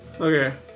Okay